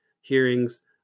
hearings